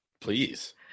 Please